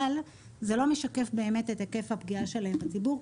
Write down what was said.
אבל זה לא משקף באמת את היקף הפגיעה שלהם בציבור,